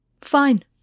Fine